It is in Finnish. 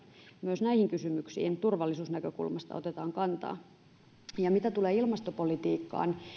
myös näihin kysymyksiin turvallisuusnäkökulmasta otetaan kantaa mitä tulee ilmastopolitiikkaan